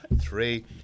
three